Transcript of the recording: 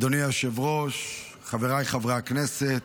אדוני היושב-ראש, חבריי חברי הכנסת,